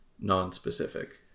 non-specific